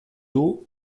dos